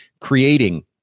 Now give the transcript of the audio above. creating